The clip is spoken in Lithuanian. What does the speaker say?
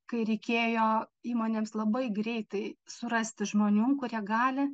kai reikėjo įmonėms labai greitai surasti žmonių kurie gali